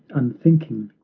unthinking,